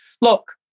look